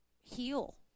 heal